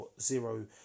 zero